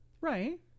right